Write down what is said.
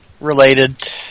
related